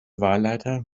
wahlleiter